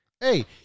Hey